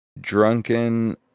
drunken